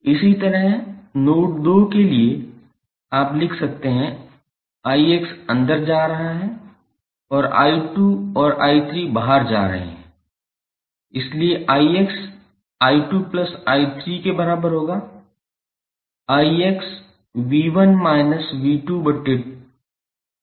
इसी तरह नोड 2 के लिए आप लिख सकते हैं 𝑖𝑥 अंदर जा रहा है और 𝐼2 और 𝐼3 बाहर जा रहे हैं इसलिए 𝑖𝑥 𝐼2𝐼3 के बराबर होगा